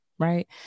Right